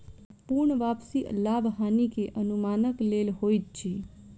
पूर्ण वापसी लाभ हानि के अनुमानक लेल होइत अछि